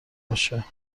باشه